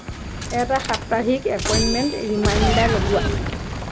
এটা সাপ্তাহিক appointment reminder লগোৱা